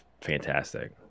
fantastic